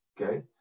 Okay